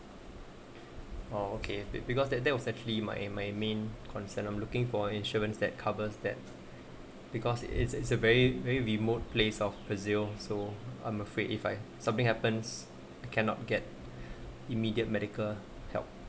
oh okay because that that was actually my my main concern I'm looking for insurance that covers that because it's it's a very very remote place of brazil so I'm afraid if I something happens cannot get immediate medical help